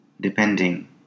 depending